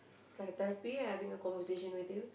it's like a therapy having a conversation with you